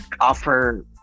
offer